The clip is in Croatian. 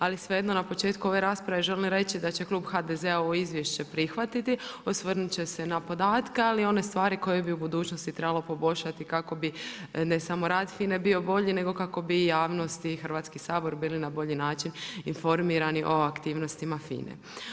Ali svejedno na početku ove rasprave želim reći da će klub HDZ-a ovo izvješće prihvatiti, osvrnuti će se na podatke ali i one stvari koje bi u budućnosti trebalo poboljšati kako bi ne samo rad FINA-e bio bolji nego kako bi i javnost i Hrvatski sabor bili na bolji način informirani o aktivnostima FINA-e.